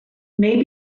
may